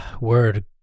word